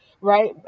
right